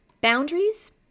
Boundaries